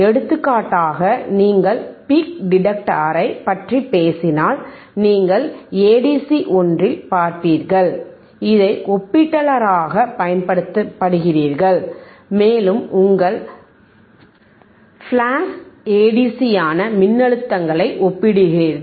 எடுத்துக்காட்டாக நீங்கள் பீக் டிடெக்டரைப் பற்றி பேசினால் நீங்கள் ஏடிசி ஒன்றில் பார்ப்பீர்கள் இதை ஒப்பீட்டாளராகப் பயன்படுத்துகிறீர்கள் மேலும் உங்கள் ஃபிளாஷ் ஏடிசியான மின்னழுத்தங்களை ஒப்பிடுகிறீர்கள்